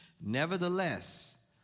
Nevertheless